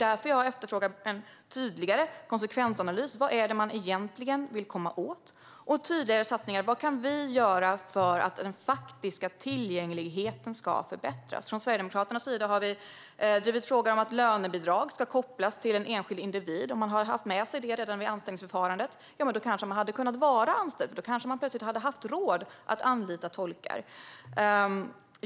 Därför efterfrågar jag en tydligare konsekvensanalys av vad det är man vill komma åt och tydligare satsningar på vad som kan göras för att den faktiska tillgängligheten ska förbättras. Sverigedemokraterna har drivit frågan att lönebidrag ska kopplas till en enskild individ. Har man haft det med sig redan vid anställningsförfarandet hade man kanske kunnat vara anställd, för då hade arbetsgivaren kanske haft råd att anlita tolkar.